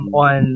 on